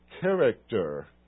character